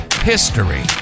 history